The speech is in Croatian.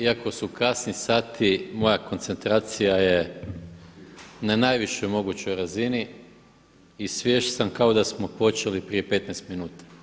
Iako su kasni sati, moja koncentracija je na najvišoj mogućoj razini i svjež sam kao da smo počeli prije 15 minuta.